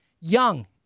Young